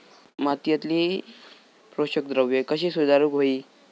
मातीयेतली पोषकद्रव्या कशी सुधारुक होई?